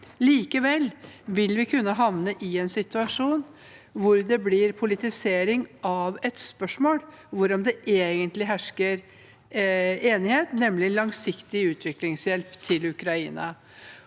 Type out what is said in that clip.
Likevel vil vi kunne havne i en situasjon hvor det blir politisering av et spørsmål det egentlig hersker enighet om, nemlig langsiktig utviklingshjelp til Ukraina.